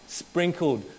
sprinkled